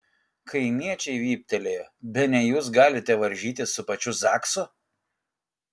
kaimiečiai vyptelėjo bene jūs galite varžytis su pačiu zaksu